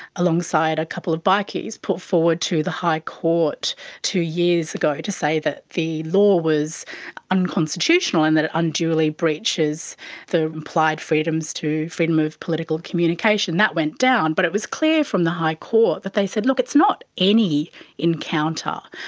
alongside a couple of bikies, put forward to the high court two years ago to say that the law was unconstitutional and that it unduly breaches the implied freedoms to freedom of political communication. that went down but it was clear from the high court that they said, look, it's not any encounter,